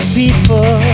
people